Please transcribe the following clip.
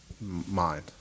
mind